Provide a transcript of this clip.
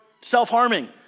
self-harming